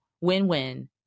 win-win